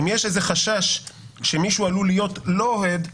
אם יש איזה חשש שמישהו עלול להיות לא אוהד,